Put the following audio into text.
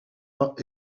pas